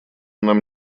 нам